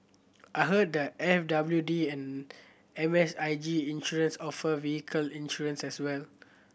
I heard that F W D and M S I G Insurance offer vehicle insurance as well